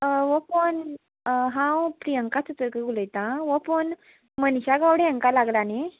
हो फोन हांव प्रियंका चतुरक उलयतां हो फोन मनिशा गावडे हांकां लागला न्ही